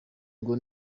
ngo